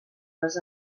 les